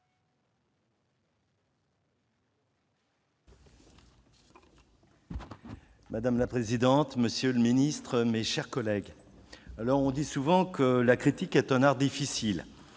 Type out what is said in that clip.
Madame la présidente, monsieur le ministre, mes chers collègues, on dit souvent que la critique est un art difficile,